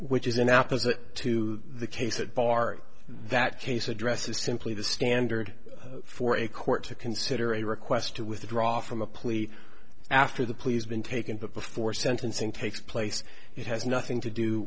which is an opposite to the case at bar that case address is simply the standard for a court to consider a request to withdraw from a plea after the pleas been taken but before sentencing takes place it has nothing to do